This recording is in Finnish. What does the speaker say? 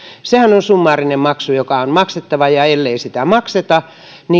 sehän on summaarinen maksu joka on maksettava ja ellei sitä makseta